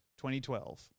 2012